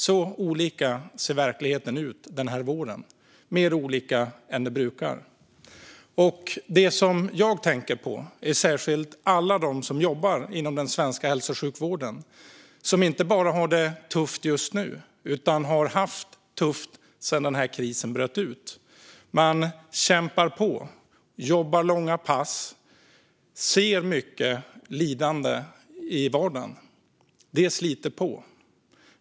Så olika ser verkligheten ut för olika människor den här våren - mer olika än det brukar vara. Jag tänker särskilt på alla dem som jobbar inom den svenska hälso och sjukvården som inte bara har det tufft just nu utan har haft det tufft sedan den här krisen bröt ut. Man kämpar på, jobbar långa pass och ser mycket lidande i vardagen. Det sliter på dem.